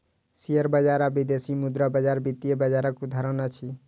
share बजार आ विदेशी मुद्रा बजार वित्तीय बजारक उदाहरण अछि